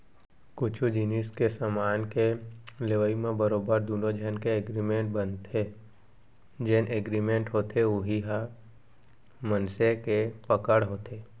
कुछु जिनिस के समान के लेवई म बरोबर दुनो झन के एगरिमेंट बनथे जेन एगरिमेंट होथे उही ह मनसे के पकड़ होथे